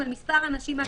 האנשים.